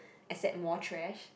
accept more trash